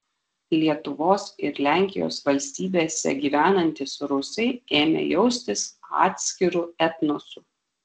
lietuvos ir lenkijos valstybėse gyvenantys rusai ėmė jaustis atskiru etnosu